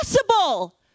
impossible